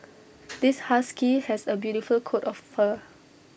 this husky has A beautiful coat of fur